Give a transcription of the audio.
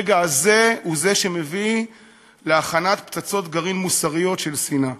הרגע הזה הוא שמביא להכנת פצצות גרעין מוסריות של שנאה.